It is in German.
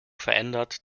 verändert